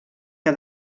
que